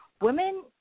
Women